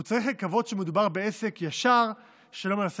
הוא צריך לקוות שמדובר בעסק ישר שלא מנסה